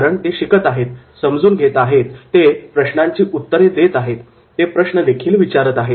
कारण ते शिकत आहेत समजून घेत आहेत ते प्रश्नांची उत्तरे देत आहेत ते प्रश्न देखील विचारीत आहेत